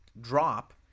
drop